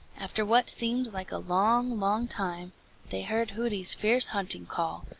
after what seemed like a long, long time they heard hooty's fierce hunting call,